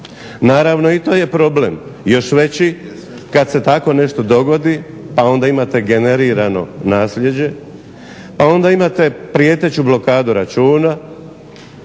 Naravno i to je problem još veći kada se tako nešto dogodi pa onda imate generirano nasljeđe, pa onda imate prijeteću blokadu računa,